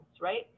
right